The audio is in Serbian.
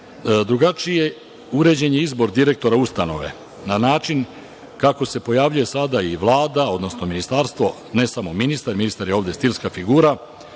slučaj. Drugačije je uređen izbor direktora ustanove. Na način kako se pojavljuje sada, Vlada odnosno ministarstvo, ne samo ministar, jer je on ovde stilska figura,